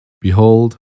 Behold